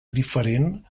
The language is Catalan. diferent